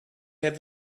have